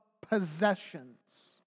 possessions